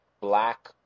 black